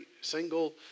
single